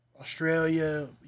Australia